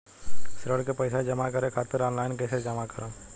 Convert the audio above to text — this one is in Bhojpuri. ऋण के पैसा जमा करें खातिर ऑनलाइन कइसे जमा करम?